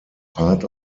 part